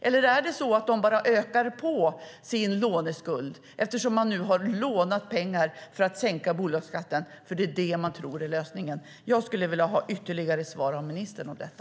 Eller är det så att regeringen bara ökar på låneskulden, när man nu har lånat pengar för att sänka bolagsskatten, eftersom det är det man tror är lösningen? Jag skulle vilja ha ytterligare svar av ministern om detta.